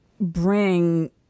bring